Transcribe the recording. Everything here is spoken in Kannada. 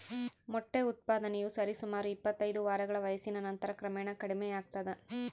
ಮೊಟ್ಟೆ ಉತ್ಪಾದನೆಯು ಸರಿಸುಮಾರು ಇಪ್ಪತ್ತೈದು ವಾರಗಳ ವಯಸ್ಸಿನ ನಂತರ ಕ್ರಮೇಣ ಕಡಿಮೆಯಾಗ್ತದ